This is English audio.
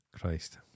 Christ